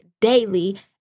daily